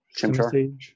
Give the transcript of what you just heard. Chimchar